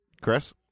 Chris